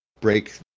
break